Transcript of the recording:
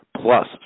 plus